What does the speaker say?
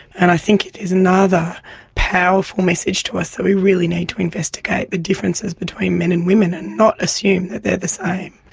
and i think it is another powerful message to us that we really need to investigate the differences between men and women and not assume that they are the same.